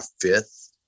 fifth